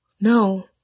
No